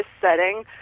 setting